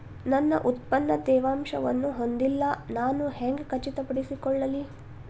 ನನ್ನ ಉತ್ಪನ್ನ ತೇವಾಂಶವನ್ನು ಹೊಂದಿಲ್ಲಾ ನಾನು ಹೆಂಗ್ ಖಚಿತಪಡಿಸಿಕೊಳ್ಳಲಿ?